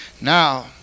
Now